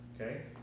Okay